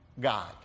God